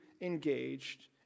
engaged